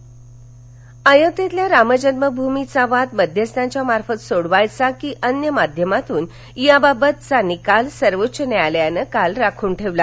अयोध्या वाद अयोध्येतील रामजन्मभूमीचा वाद मध्यस्थांच्या मार्फत सोडवायचा की अन्य माध्यमातून याबाबतचा निकाल सर्वोच्च न्यायालयानं काल राखून ठेवला